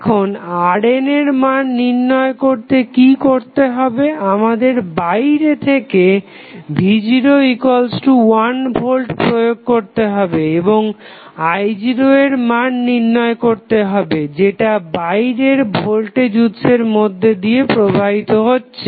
এখন RN এর মান নির্ণয় করতে কি করতে হবে আমাদের বাইরে থেকে v01V প্রয়োগ করতে হবে এবং i0 এর মান নির্ণয় করতে হবে যেটা বাইরের ভোল্টেজ উৎসের মধ্যে দিয়ে প্রবাহিত হচ্ছে